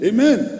Amen